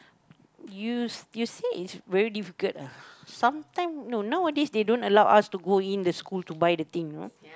you s~ you say it's very difficult ah sometime no nowadays they don't allow us to go in the school to buy the thing you know